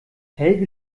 helge